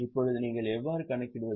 இப்போது நீங்கள் எவ்வாறு கணக்கிடுவது